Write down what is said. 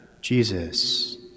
Jesus